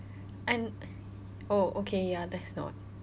and oh okay ya that's not